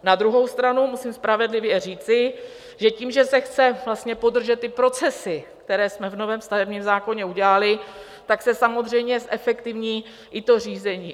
Na druhou stranu musím spravedlivě říci, že tím, že se chce podržet procesy, které jsme v novém stavebním zákoně udělali, tak se samozřejmě zefektivní i to řízení.